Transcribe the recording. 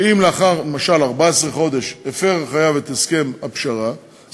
שאם למשל אחרי 14 חודש הפר החייב את הסכם התשלומים,